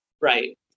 Right